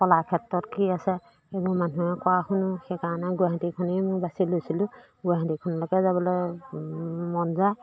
কলাৰ ক্ষেত্ৰত কি আছে সেইবোৰ মানুহে কোৱা শুনো সেইকাৰণে গুৱাহাটীখনেই মোৰ বাছি লৈছিলোঁ গুৱাহাটীখনলৈকে যাবলৈ মন যায়